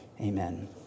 Amen